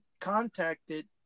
contacted